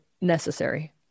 necessary